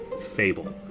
Fable